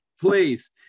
please